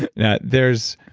and now, there's